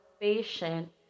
patient